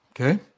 Okay